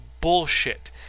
bullshit